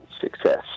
success